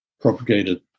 propagated